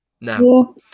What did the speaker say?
now